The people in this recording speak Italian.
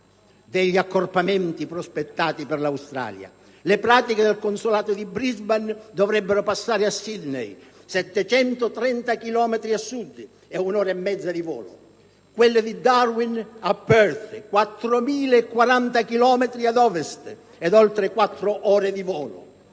degli accorpamenti prospettati in Australia. Le pratiche del consolato di Brisbane dovrebbero passare a Sydney, 730 chilometri a sud e un'ora e mezzo di volo; quelle di Darwin a Perth, 4.040 chilometri ad ovest e oltre quattro ore di volo;